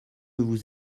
vous